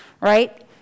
right